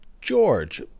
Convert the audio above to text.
george